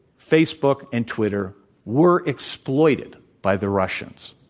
facebook, and twitter were exploited by the russians,